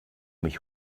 mich